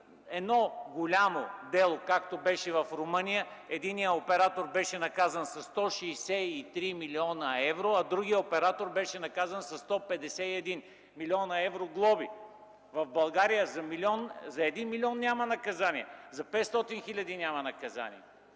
едно голямо дело, както беше в Румъния? Единият оператор беше наказан със 163 млн. евро, а другият оператор беше наказан със 151 млн. евро глоби. В България за 1 милион няма наказание, за 500 хиляди няма наказание.